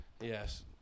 yes